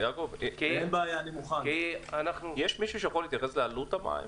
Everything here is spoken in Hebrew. יש מישהו שיכול להתייחס לעלות המים?